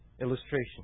illustration